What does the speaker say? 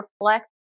reflect